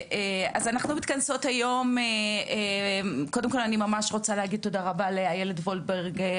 קודם כול אני ממש רוצה להגיד תודה לאילת וולברג,